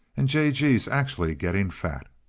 and j. g s actually getting fat.